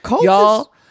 y'all